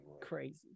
Crazy